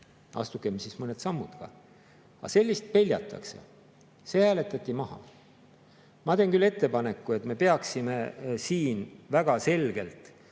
astugem siis mõned sammud ka –, peljatakse. See hääletati maha. Ma teen küll ettepaneku, et me peaksime siin väga selgelt